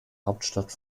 hauptstadt